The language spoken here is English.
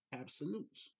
absolutes